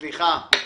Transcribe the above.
תראו,